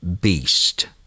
Beast